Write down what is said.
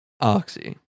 Oxy